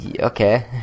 okay